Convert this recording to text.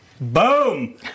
Boom